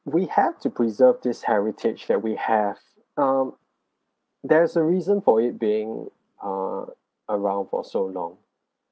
we have to preserve this heritage that we have um there's a reason for it being ah around for so long